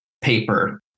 paper